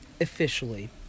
officially